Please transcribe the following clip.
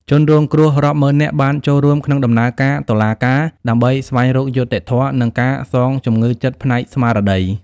ជនរងគ្រោះរាប់ម៉ឺននាក់បានចូលរួមក្នុងដំណើរការតុលាការដើម្បីស្វែងរកយុត្តិធម៌ និងការសងជំងឺចិត្តផ្នែកស្មារតី។